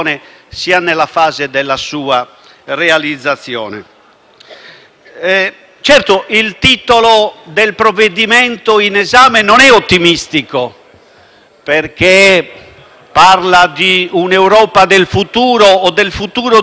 Certamente il titolo del provvedimento in esame non è ottimistico, perché parla di un'Europa del futuro o del futuro di un'Europa nel cui contesto non ci sarà più il Regno Unito.